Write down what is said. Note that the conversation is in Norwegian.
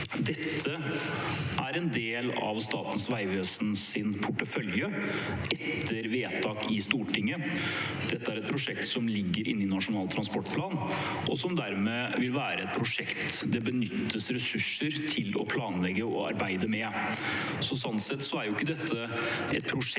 er en del av Statens vegvesens portefølje etter vedtak i Stortinget. Dette er et prosjekt som ligger inne i Nasjonal transportplan, og som dermed vil være et prosjekt det benyttes ressurser til å planlegge og arbeide med. Sånn sett er ikke dette et prosjekt